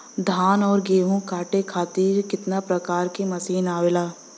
धान और गेहूँ कांटे खातीर कितना प्रकार के मशीन आवेला?